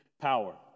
power